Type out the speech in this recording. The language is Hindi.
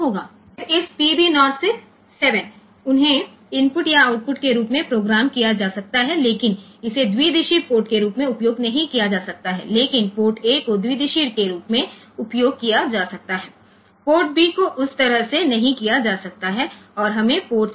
फिर इस पीबी 0 से 7 उन्हें इनपुट या आउटपुट के रूप में प्रोग्राम किया जा सकता है लेकिन इसे द्विदिशीय पोर्ट के रूप में उपयोग नहीं किया जा सकता है केवल पोर्ट ए को द्विदिशीय के रूप में उपयोग किया जा सकता है पोर्ट बी को उस तरह से नहीं किया जा सकता है और हमें पोर्ट सी मिला है